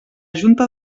junta